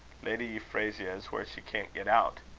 lady euphrasia is where she can't get out.